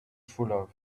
truelove